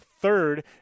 third